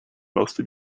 mostly